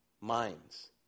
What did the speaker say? minds